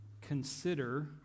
consider